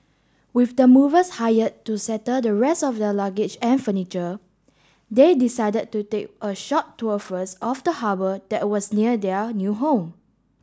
with the movers hired to settle the rest of their luggage and furniture they decided to take a short tour first of the harbour that was near their new home